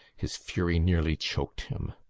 his fury nearly choked him.